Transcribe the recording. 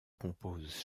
composent